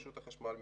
רשות החשמל,